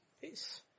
Peace